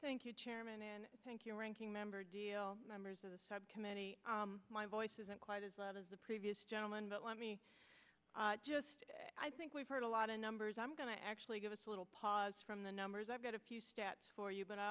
thank you chairman and thank you ranking member deal members of the subcommittee my voice isn't quite as loud as the previous gentleman but let me just say i think we've heard a lot of numbers i'm going to actually give us a little pause from the numbers i've got a few stats for you but i